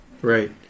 Right